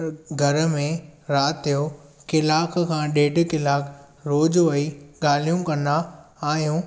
घर में राति जो कलाक खां ॾेढु कलाकु रोज़ वेही ॻाल्हियूं कन्दा आहियूं